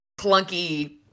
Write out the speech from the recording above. clunky